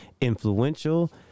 Influential